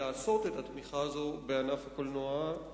לתת את התמיכה הזאת בענף הקולנוע היא